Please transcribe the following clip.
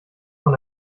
von